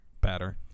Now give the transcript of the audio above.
Better